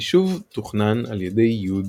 היישוב תוכנן על ידי י.